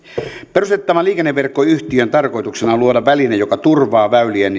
perustettavan liikenneverkkoyhtiön tarkoituksena on luoda väline joka turvaa väylien